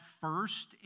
first